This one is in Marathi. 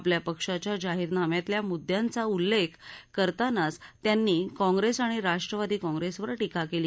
आपल्या पक्षाच्या जाहीरनाम्यातल्या मुद्यांचा उल्लेख करतानाच त्यांनी काँग्रेस आणि राष्ट्रवादी काँग्रेसवर टीका केली